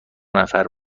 نفره